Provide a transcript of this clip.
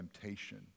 temptation